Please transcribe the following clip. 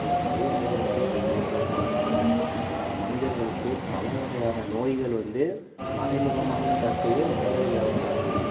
இந்த கழிவு நீர் வந்து இப்படி ரோடில் போகிறனால மனிதர்களுக்கு பல வகையான நோய்கள் வந்து மறைமுகமாவும் தாக்குது நேரடியாவும் தாக்குது